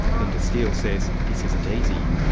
linda steele says this isn't easy.